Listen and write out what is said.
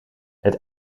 het